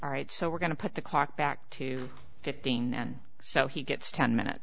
all right so we're going to put the clock back to fifteen so he gets ten minutes